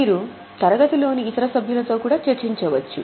మీరు తరగతిలోని ఇతర సభ్యులతో కూడా చర్చించవచ్చు